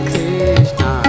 Krishna